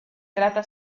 trata